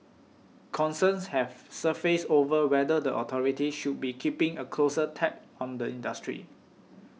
concerns have surfaced over whether the authorities should be keeping a closer tab on the industry